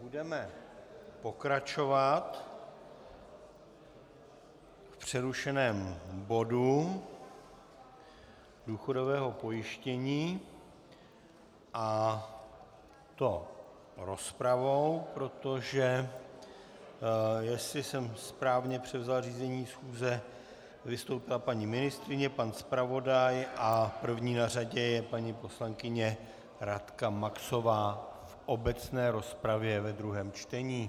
Budeme pokračovat v přerušeném bodu důchodového pojištění, a to rozpravou, protože jestli jsem správně převzal řízení schůze, vystoupila paní ministryně, pan zpravodaj a první na řadě je paní poslankyně Radka Maxová v obecné rozpravě ve druhém čtení.